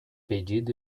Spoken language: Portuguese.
pedido